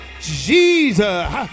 Jesus